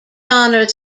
honor